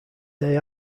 day